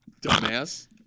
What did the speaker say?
Dumbass